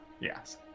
yes